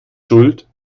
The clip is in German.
schuld